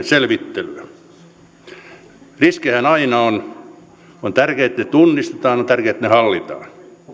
selvittelyä riskejähän aina on on tärkeää että ne tunnistetaan ja on tärkeää että ne hallitaan